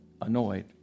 annoyed